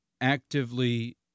actively